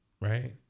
right